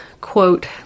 Quote